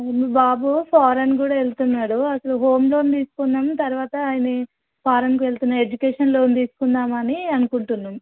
అదే మా బాబు ఫారెన్ కూడా వెళ్తున్నాడు అసలు హోమ్ లోన్ తీసుకుందాం తర్వాత ఆయన ఫారెన్కి వెళ్తున్న ఎడ్యుకేషన్ లోన్ తీసుకుందాం అని అనుకుంటున్నాం